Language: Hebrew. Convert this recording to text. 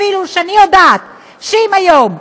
אפילו שאני יודעת שאם היום,